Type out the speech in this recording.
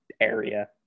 area